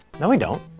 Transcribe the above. no, we don't.